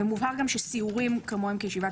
ומובהר גם שסיורים כמו ישיבת